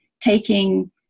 Taking